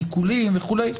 בעיקולים וכולי.